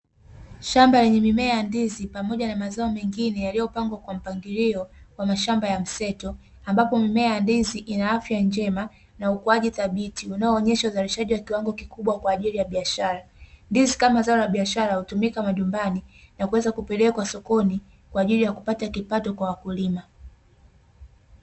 Shamba yenye mimea ya ndizi pamoja na mazao mengine yaliyopangwa kwa mpangilio wa mashamba ya mseto ambapo mimea ya ndizi ina afya njema, na ukuaji thabiti unao onyesha uzalishaji kwa kiwango kikubwa kwa ajili ya biashara. Ndizi kama zao la biashara, hutumika majumbani na kuweza kupelekwa sokoni kwa ajili ya kupata kipato kwa wakulima.